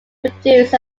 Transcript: produced